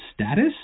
status